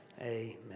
Amen